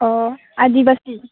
अ आदिबासि